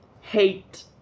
hate